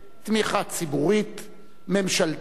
תמיכה ציבורית, ממשלתית,